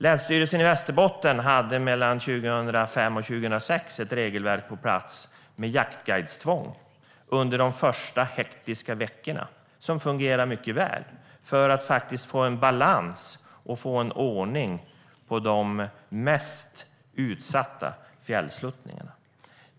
Länsstyrelsen i Västerbotten hade mellan 2005 och 2006 ett regelverk på plats med jaktguidestvång under de första hektiska veckorna. Det fungerade mycket väl. Det handlade om att få balans och ordning på de mest utsatta fjällsluttningarna.